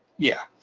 yeah,